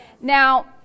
Now